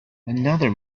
another